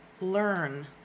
learn